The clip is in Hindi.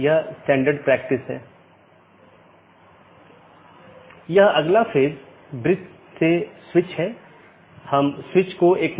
तो इसका मतलब यह है कि यह प्रतिक्रिया नहीं दे रहा है या कुछ अन्य त्रुटि स्थिति उत्पन्न हो रही है